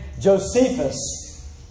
Josephus